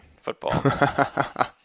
football